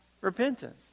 repentance